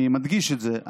אני מדגיש את זה,